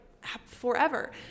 forever